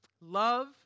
Love